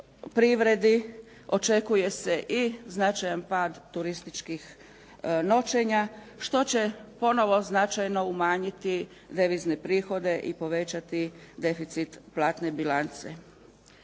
očekuje se i značajan pad turističkih noćenja, što će ponovo značajno umanjiti devizne prihode i povećati deficit platne bilance.